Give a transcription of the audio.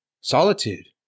solitude